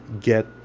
get